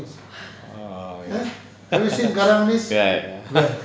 err ya ya ya